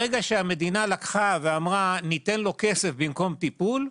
ברגע שהמדינה אמרה: ״ניתן לו כסף במקום טיפול״,